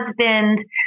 husband